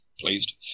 pleased